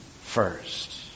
first